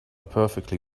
perfectly